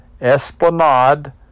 Esplanade